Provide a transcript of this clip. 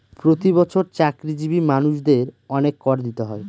প্রতি বছর চাকরিজীবী মানুষদের অনেক কর দিতে হয়